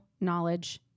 knowledge